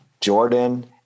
jordan